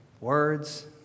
words